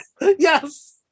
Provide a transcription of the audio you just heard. Yes